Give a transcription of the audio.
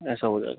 ऐसा हो जाएगा